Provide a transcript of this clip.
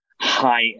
high